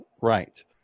Right